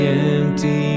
empty